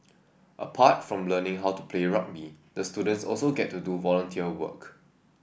apart from learning how to play rugby the students also get to do volunteer work